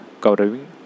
covering